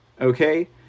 okay